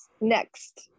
next